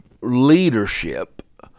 leadership